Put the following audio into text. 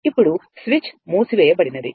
ఇప్పుడు స్విచ్ మూసివేయబడినది